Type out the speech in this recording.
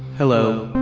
hello,